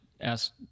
ask